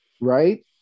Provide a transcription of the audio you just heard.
Right